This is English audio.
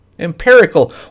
Empirical